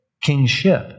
kingship